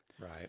Right